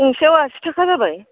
गंसेआव आसि थाखा जाबाय